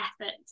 effort